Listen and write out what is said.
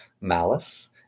malice